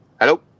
Hello